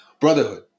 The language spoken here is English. Brotherhood